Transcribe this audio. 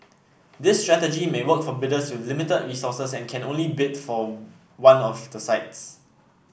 this strategy may work for bidders with limited resources and can only bid for one of the sites